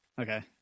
Okay